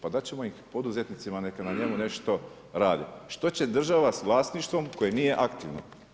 Pa dat ćemo ih poduzetnicima neka na njemu nešto radi. što će država s vlasništvom koje nije aktivno?